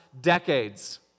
decades